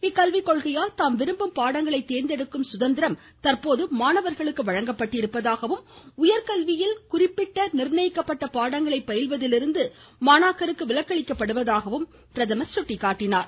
இக்கல்விக் கொள்கையால் தாம் விரும்பும் பாடங்களைத் தேர்ந்தெடுக்கும் சுதந்திரம் தற்போது மாணவர்களுக்கு வழங்கப்பட்டுள்ளதாகவும் உயர்க்கல்வியில் குறிப்பிட்ட நிர்ணயிக்கப்பட்ட பாடங்களை பயில்வதிலிருந்து மாணாக்கருக்கு விலக்களிக்கப் படுவதாகவும் அவர் சுட்டிக் காட்டினார்